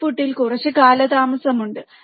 ഔട്ട്ട്ട്പുട്ടിൽ കുറച്ച് കാലതാമസവുമുണ്ട്